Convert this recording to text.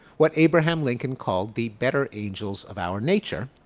what abraham lincoln called the better angels of our nature.